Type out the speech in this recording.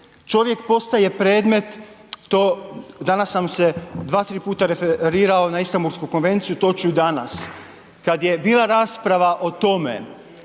čovjek postaje predmet, to, danas sam se 2-3 puta referirao na Istambulsku konvenciju, to ću i danas, kad je bila rasprava o tome,